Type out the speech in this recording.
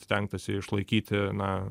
stengtasi išlaikyti na